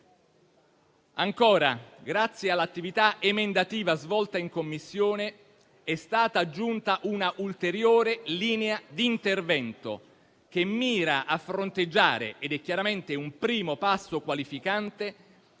Ancora, grazie all'attività emendativa svolta in Commissione è stata aggiunta un'ulteriore linea di intervento, che mira a fronteggiare direttamente - ed è chiaramente un primo passo qualificante